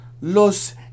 Los